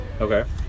Okay